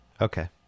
Okay